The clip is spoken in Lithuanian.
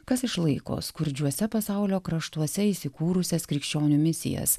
kas išlaiko skurdžiuose pasaulio kraštuose įsikūrusias krikščionių misijas